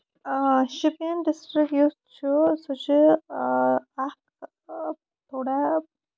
آ شُپین ڈِسٹرک یُس چھُ سُہ چھُ اکھ تھوڑا